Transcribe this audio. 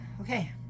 Okay